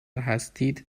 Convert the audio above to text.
هستید